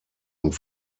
und